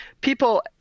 people